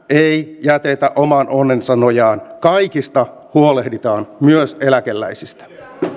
ei jätetä oman onnensa nojaan kaikista huolehditaan myös eläkeläisistä